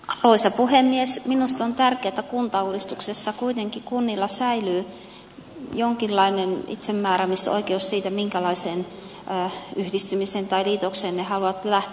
minusta on tärkeätä että kuntauudistuksessa kuitenkin kunnilla säilyy jonkinlainen itsemääräämisoikeus siitä minkälaiseen yhdistymiseen tai liitokseen ne haluavat lähteä